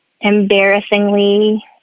embarrassingly